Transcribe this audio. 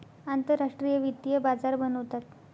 आंतरराष्ट्रीय वित्तीय बाजार बनवतात